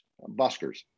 buskers